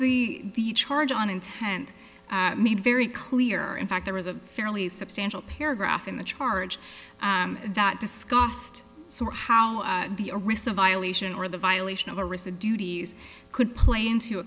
the charge on intent made very clear in fact there was a fairly substantial paragraph in the charge that discussed so how the arisa violation or the violation of a recent duties could play into